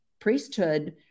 priesthood